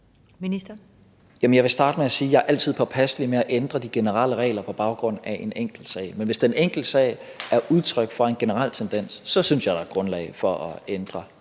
jeg altid er påpasselig med at ændre de generelle regler på baggrund af en enkelt sag, men hvis den enkeltsag er udtrykt for en generel tendens, synes jeg, der er grundlag for at ændre